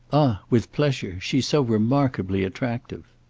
ah with pleasure she's so remarkably attractive.